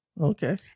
Okay